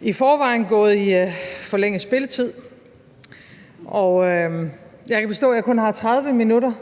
i forvejen gået i forlænget spilletid, og jeg kan forstå, at jeg kun har 30 minutter.